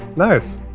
nice.